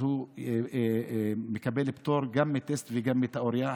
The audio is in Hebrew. הוא מקבל פטור גם מטסט וגם מתיאוריה.